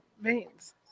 veins